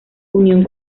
unión